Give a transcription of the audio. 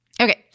Okay